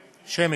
שמית.